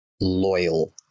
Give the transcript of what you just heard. Loyal